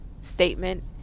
statement